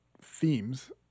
themes